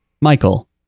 michael